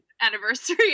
anniversary